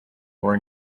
were